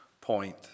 point